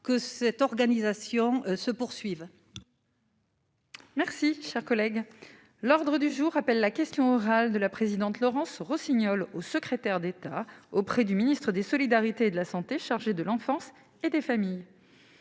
que cette organisation se poursuivent. Merci, cher collègue, l'ordre du jour appelle la question orale de la présidente Laurence Rossignol au secrétaire d'État auprès du ministre des solidarités et de la Santé, chargée de l'enfance et des familles.